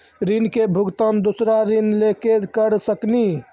ऋण के भुगतान दूसरा ऋण लेके करऽ सकनी?